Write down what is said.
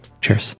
Cheers